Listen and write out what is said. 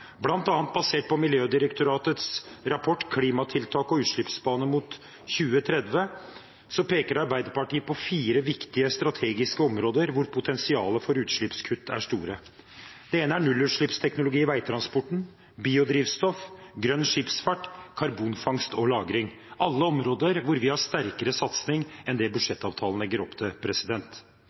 annet basert på Miljødirektoratets rapport Klimatiltak og utslippsbaner mot 2030 peker Arbeiderpartiet på fire viktige strategiske områder hvor potensialet for utslippskutt er store. Det er nullutslippsteknologi i veitransporten, biodrivstoff, grønn skipsfart og karbonfangst og -lagring. Alle disse er områder hvor vi har sterkere satsing enn det budsjettavtalen legger opp til.